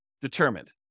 determined